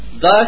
Thus